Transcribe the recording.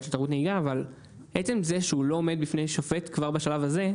של תרבות נהיגה עצם זה שהוא לא עומד בפני שופט כבר בשלב הזה,